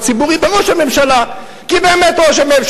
גם אם זה קשה,